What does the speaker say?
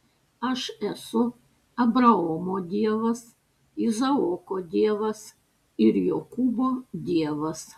aš esu abraomo dievas izaoko dievas ir jokūbo dievas